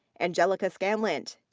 angelica scanland.